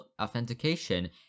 authentication